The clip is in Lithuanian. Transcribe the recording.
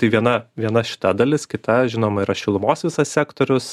tai viena viena šita dalis kita žinoma yra šilumos visas sektorius